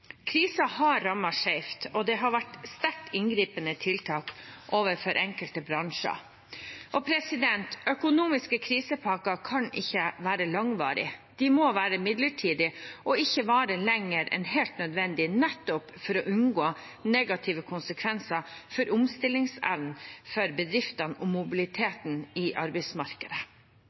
har rammet skjevt, og det har vært sterkt inngripende tiltak overfor enkelte bransjer. Økonomiske krisepakker kan ikke være langvarige. De må være midlertidige og ikke vare lenger enn helt nødvendig, nettopp for å unngå negative konsekvenser for omstillingsevnen til bedriftene og mobiliteten i arbeidsmarkedet.